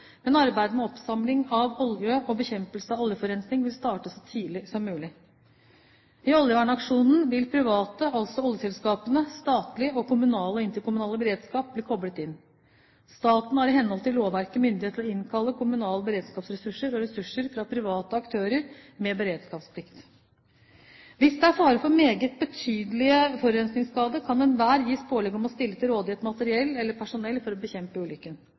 men arbeidet med oppsamling av olje og bekjempelse av oljeforurensningen vil starte så tidlig som mulig. I oljevernaksjonen vil privat, altså oljeselskapene, statlig og kommunal og interkommunal beredskap bli koblet inn. Staten har i henhold til lovverket myndighet til å innkalle kommunale beredskapsressurser og ressurser fra private aktører med beredskapsplikt. Hvis det er fare for meget betydelig forurensningsskade, kan enhver gis pålegg om å stille til rådighet materiell eller personell for å bekjempe ulykken.